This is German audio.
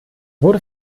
wurde